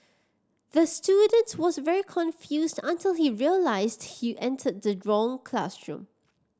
the student was very confused until he realised he entered the wrong classroom